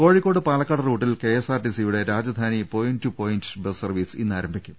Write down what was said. കോഴിക്കോട് പാലക്കാട് റൂട്ടിൽ കെഎസ്ആർടിസിയുടെ Rajdhani point to point bus service ഇന്നാരംഭിക്കും